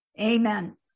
Amen